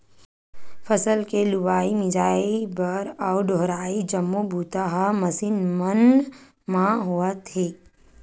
फसल के लुवई, मिजई बर अउ डोहरई जम्मो बूता ह मसीन मन म होवत हे